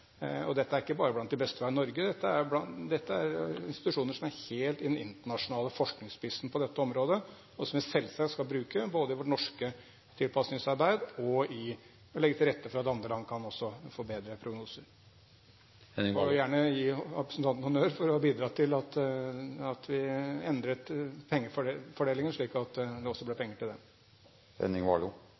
er ikke bare blant det beste vi har i Norge. Dette er institusjoner som er helt i den internasjonale forskningsspissen på dette området, og som vi selvsagt skal bruke, både i vårt norske tilpasningsarbeid og for å legge til rette for at andre land også kan få bedre prognoser. Jeg vil gjerne gi representanten honnør for å ha bidratt til at vi endret pengefordelingen, slik at det også ble penger til